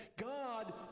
God